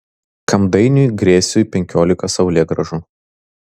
kam dainiui griesiui penkiolika saulėgrąžų